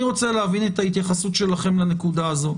רוצה להבין את ההתייחסות שלכם לנקודה הזו,